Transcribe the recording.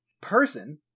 person